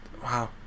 Wow